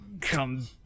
come